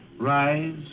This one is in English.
Rise